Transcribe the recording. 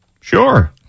Sure